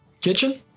Kitchen